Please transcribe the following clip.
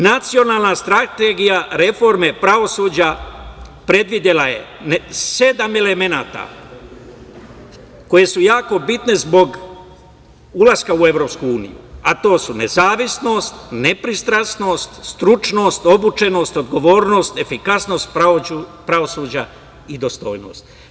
Nacionalna strategija reforme pravosuđa predvidela je sedam elemenata, koji su jako bitni zbog ulaska u Evropsku uniju, a to su: nezavisnost, nepristrasnost, stručnost, obučenost, odgovornost, efikasnost pravosuđa i dostojnost.